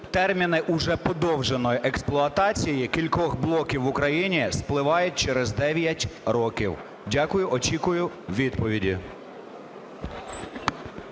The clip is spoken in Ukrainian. терміни уже подовженої експлуатації кількох блоків в Україні спливають через 9 років? Дякую, очікую відповіді.